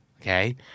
okay